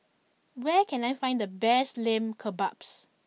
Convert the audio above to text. where can I find the best Lamb Kebabs